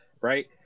right